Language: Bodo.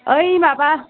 ओइ माबा